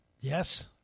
Yes